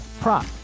prop